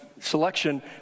selection